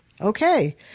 Okay